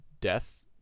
death